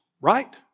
Right